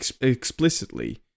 explicitly